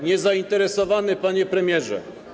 Niezainteresowany Panie Premierze!